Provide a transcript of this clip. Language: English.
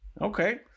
Okay